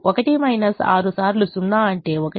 1 6 సార్లు 0 అంటే 1